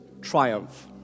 triumph